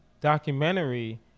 documentary